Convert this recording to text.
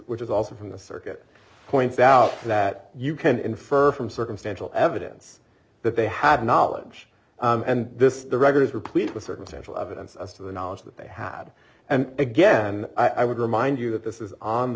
which is also from the circuit points out that you can infer from circumstantial evidence that they had knowledge and this the record is replete with circumstantial evidence as to the knowledge that they had and again i would remind you that this is on the